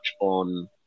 on